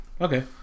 Okay